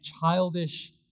childish